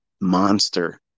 monster